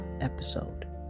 episode